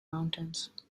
mountains